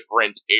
different